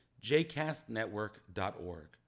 jcastnetwork.org